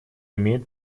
имеет